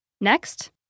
Next